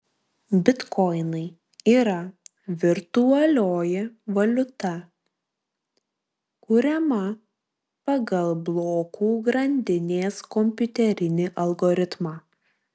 bitkoinai yra virtualioji valiuta kuriama pagal blokų grandinės kompiuterinį algoritmą